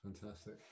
Fantastic